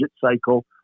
cycle